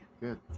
Good